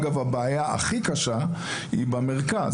אגב, הבעיה הכי קשה היא במרכז.